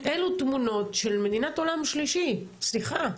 אלו תמונות של מדינת עולם שלישי, סליחה,